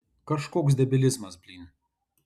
kažkoks debilizmas blyn